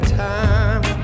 time